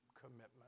commitment